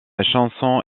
chanson